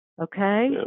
okay